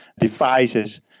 devices